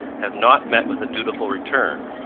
have not met with a dutiful return,